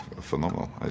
phenomenal